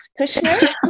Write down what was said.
Kushner